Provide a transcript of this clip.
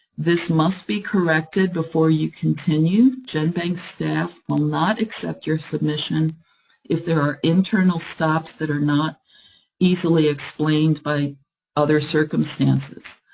this must be corrected before you continue, genbank's staff will not accept your submission if there are internal stops that are not easily explained by other circumstances.